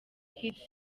kids